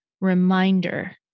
reminder